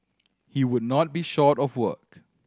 he would not be short of work